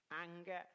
anger